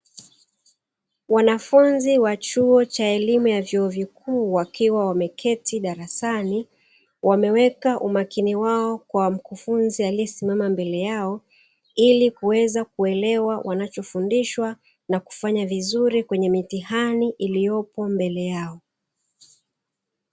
Wanafunzi wa chuo cha elimu ya vyuo vikuu wakiwa wameketi darasani. Wameweka umakini wao kwa mkufunzi aliyesimama mbele yao ili kuweza kuelewa wanachofundishwa na kufanya vizuri kwenye mitihani iliyopo mbele yao.